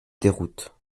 déroute